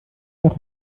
nach